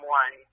one